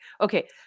Okay